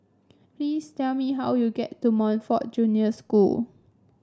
please tell me how to get to Montfort Junior School